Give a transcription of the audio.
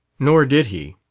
nor did he.